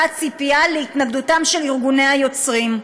הציפייה להתנגדות של ארגוני היוצרים.